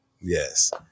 yes